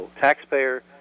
taxpayer